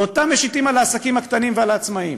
ואותם משיתים על העסקים הקטנים ועל העצמאים.